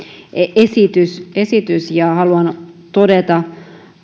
esitys esitys ja haluan todeta